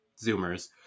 Zoomers